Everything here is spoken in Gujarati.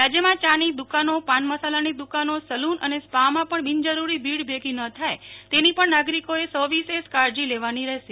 રાજ્યની ચાની દુકાનો પાન મસાલાની દુકાનો સલૂન અને સ્પામાં પણ બિનજરુરી ભીડ ભેગી ન થાય તેની પણ નાગરિકોએ સવિશેષ કાળજી લેવાની રહેશે